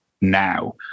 now